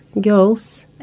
girls